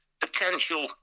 Potential